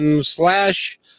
slash